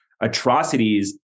atrocities